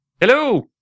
Hello